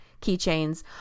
keychains